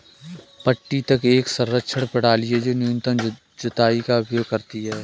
पट्टी तक एक संरक्षण प्रणाली है जो न्यूनतम जुताई का उपयोग करती है